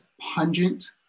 pungent